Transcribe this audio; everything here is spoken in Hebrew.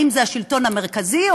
אם השלטון המרכזי,